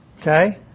Okay